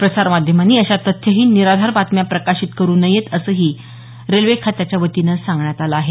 प्रसारमाध्यमांनी अशा तथ्यहीन निराधार बातम्या प्रकाशित करू नयेत असंही रेल्वे खात्याच्या वतीनं सांगण्यात आलं आहे